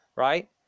Right